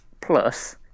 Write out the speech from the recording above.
plus